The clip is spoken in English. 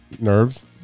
nerves